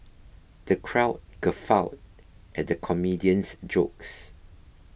the crowd guffawed at the comedian's jokes